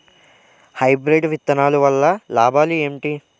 Hybrid విత్తనాలు వల్ల లాభాలు ఏంటి?